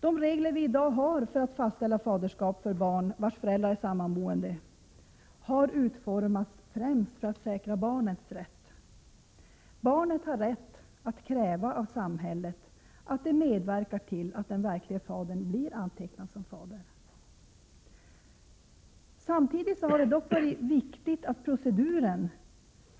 De regler vi i dag har för att fastställa faderskap för barn vars föräldrar är sammanboende har utformats främst för att säkra barnets rätt. Barnet har rätt att kräva att samhället medverkar till att den verklige fadern blir antecknad som fader. Samtidigt har det dock varit viktigt att proceduren